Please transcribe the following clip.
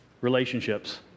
relationships